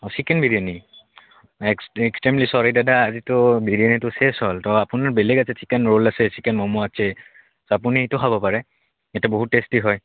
অ' chicken biryani ex extremely sorry দাদা আজিতো বিৰয়ানীটো শেষ হ'ল ত' আপোনাৰ বেলেগ আছে চিকেন ৰ'ল আছে চিকেন ম'ম' আছে আপুনি এইটো খাব পাৰে এইটো বহুত টেষ্টি হয়